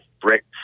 bricks